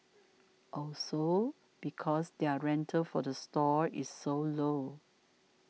also because their rental for the stall is so low